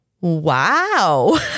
Wow